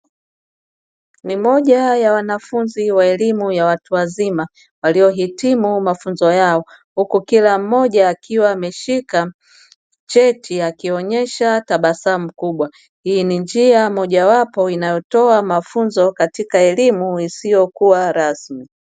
Ni moja ya wanafunzi wa elimu ya watu wazima waliohitimu mafunzo yao huku kila mmoja akiwa ameshika cheti akionesha tabasamu kubwa, hii ni njia mojawapo inatoa mafunzo katika elimu isiyokuwa rasmi.